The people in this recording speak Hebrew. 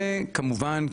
וכמובן,